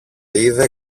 είδε